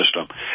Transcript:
system